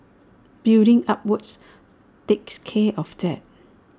building upwards takes care of that